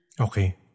Okay